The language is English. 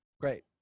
Great